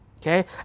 okay